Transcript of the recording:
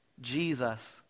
Jesus